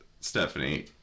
Stephanie